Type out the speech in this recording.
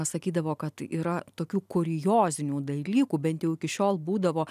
sakydavo kad yra tokių kuriozinių dalykų bent jau iki šiol būdavo